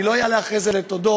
אני לא אעלה אחרי זה לתודות,